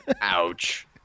ouch